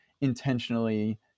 intentionally